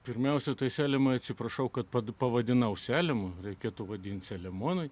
pirmiausia tai seliumai atsiprašau kad pad pavadinau selimu reikėtų vadinti selemonai